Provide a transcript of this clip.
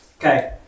Okay